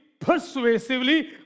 persuasively